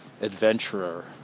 adventurer